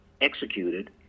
executed